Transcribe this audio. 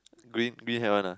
green green have one lah